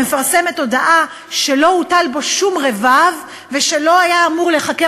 מפרסמים הודעה שלא הוטל בו שום רבב ושלא היה אמור להיחקר